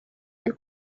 del